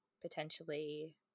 potentially